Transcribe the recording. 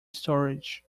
storage